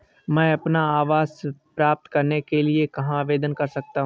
मैं अपना आवास प्राप्त करने के लिए कहाँ आवेदन कर सकता हूँ?